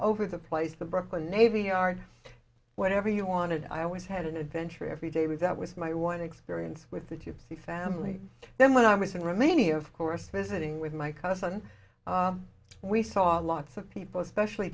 over the place the brooklyn navy yard whatever you wanted i always had an adventure every day with that with my one experience with you the family then when i was in rimini of course visiting with my cousins we saw lots of people especially